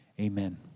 Amen